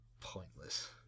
pointless